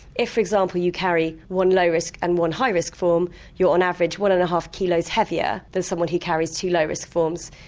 if for example you carry one low risk and one high risk form you're on average one and a half kilos heavier than someone who carries two low risk forms.